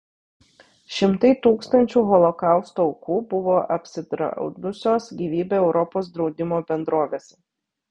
šimtai tūkstančių holokausto aukų buvo apsidraudusios gyvybę europos draudimo bendrovėse